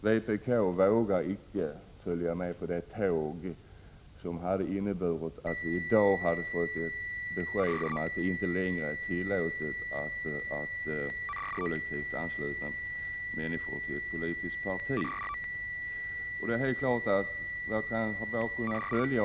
Vpk vågar icke följa med det tåg som hade inneburit att vi i dag hade fått ett besked om att det inte längre är tillåtet att kollektivt ansluta människor till ett politiskt parti.